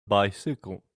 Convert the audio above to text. bicycle